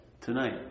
Tonight